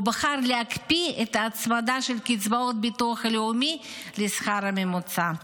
הוא בחר להקפיא את ההצמדה של קצבאות הביטוח הלאומי לשכר הממוצע.